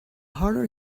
harder